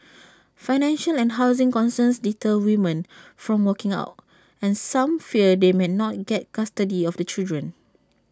financial and housing concerns deter women from walking out and some fear they may not get custody of the children